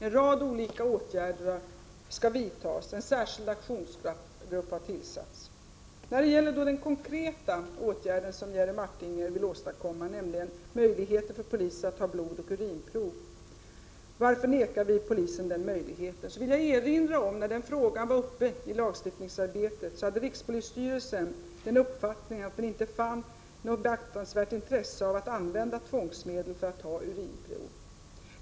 En rad olika åtgärder skall vidtas, och en särskild aktionsgrupp har tillsatts. Vad Jerry Martinger konkret vill åstadkomma är möjligheter för polis att ta blodoch urinprov. Varför vägrar vi polisen den möjligheten? Jag vill erinra om att när den frågan var uppe i lagstiftningsarbetet, hade rikspolisstyrelsen uppfattningen att det inte fanns något beaktansvärt intresse av att använda tvångsmedel för att ta urinprov.